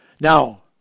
Now